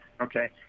Okay